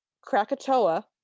krakatoa